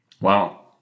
Wow